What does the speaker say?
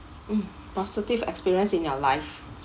um positive experience in your life